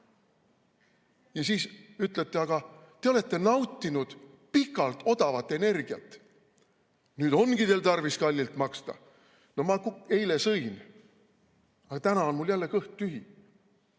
Ja siis ütlete: aga te olete nautinud pikalt odavat energiat, nüüd ongi tarvis kallilt maksta. No ma eile sõin, aga täna on mul jälle kõht tühi.